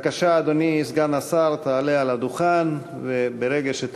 לא, ואנחנו מבזבזים את הזמן היקר הזה.